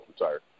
retired